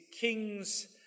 kings